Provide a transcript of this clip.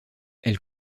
elle